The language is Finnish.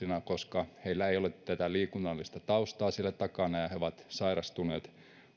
heillä ei ole tätä liikunnallista taustaa siellä takana ja he ovat sairastuneet